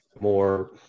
More